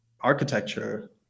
architecture